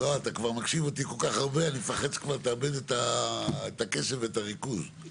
אתה מקשיב כל כך הרבה שאני מפחד שתאבד את הקשב ואת הריכוז.